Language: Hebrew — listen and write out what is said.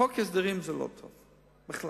חוק הסדרים זה לא טוב בכלל.